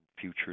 future